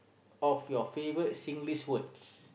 of your favourite Singlish words